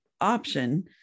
option